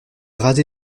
rasé